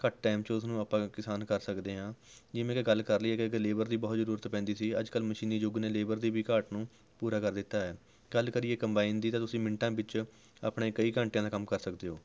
ਘੱਟ ਟਾਈਮ 'ਚ ਉਸ ਨੂੰ ਆਪਾਂ ਕਿਸਾਨ ਕਰ ਸਕਦੇ ਹਾਂ ਜਿਵੇਂ ਕਿ ਗੱਲ ਕਰ ਲਈਏ ਕਿ ਅੱਗੇ ਲੇਬਰ ਦੀ ਬਹੁਤ ਜ਼ਰੂਰਤ ਪੈਂਦੀ ਸੀ ਅੱਜ ਕੱਲ੍ਹ ਮਸ਼ੀਨੀ ਯੁੱਗ ਨੇ ਲੇਬਰ ਦੀ ਵੀ ਘਾਟ ਨੂੰ ਪੂਰਾ ਕਰ ਦਿੱਤਾ ਹੈ ਗੱਲ ਕਰੀਏ ਕੰਬਾਇਨ ਦੀ ਤਾਂ ਤੁਸੀਂ ਮਿੰਟਾਂ ਵਿੱਚ ਆਪਣੇ ਕਈ ਘੰਟਿਆਂ ਦਾ ਕੰਮ ਕਰ ਸਕਦੇ ਹੋ